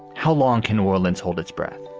how long can orleans hold its breath?